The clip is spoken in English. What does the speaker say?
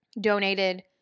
donated